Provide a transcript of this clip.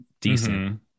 decent